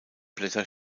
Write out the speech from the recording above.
blätter